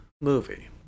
movie